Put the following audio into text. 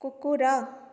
କୁକୁର